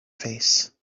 face